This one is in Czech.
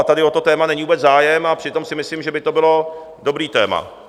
Tady o to téma není vůbec zájem, a přitom si myslím, že by to bylo dobré téma.